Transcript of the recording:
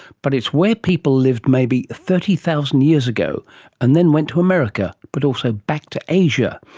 but it's where people lived maybe thirty thousand years ago and then went to america, but also back to asia.